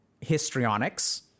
histrionics